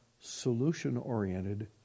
solution-oriented